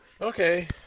Okay